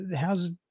how's